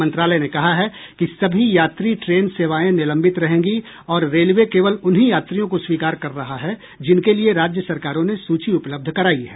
मंत्रालय ने कहा है कि सभी यात्री ट्रेन सेवाएं निलंबित रहेंगी और रेलवे केवल उन्हीं यात्रियों को स्वीकार कर रहा है जिनके लिए राज्य सरकारों ने सूची उपलब्ध कराई है